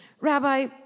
Rabbi